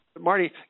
Marty